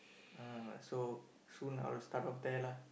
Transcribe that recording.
uh so soon I will start off there lah